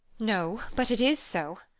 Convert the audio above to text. no, but it is so.